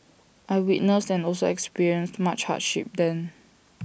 I witnessed and also experienced much hardship then